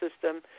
system